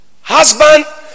Husband